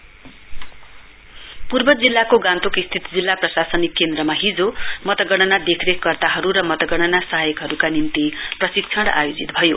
training for counting पूर्व जिल्लाको गान्तोक स्थित जिल्ला प्रशासनिक केन्द्रमा हिजो मतगणना देखरेख कर्ताहरु र मतगणना सहायकहरुका निम्ति प्रशिक्षण आयोजित भयो